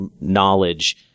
knowledge